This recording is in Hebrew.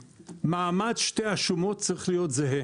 מעמד שתי השומות צריך להיות זהה.